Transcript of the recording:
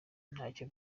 ntacyo